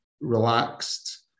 relaxed